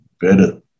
better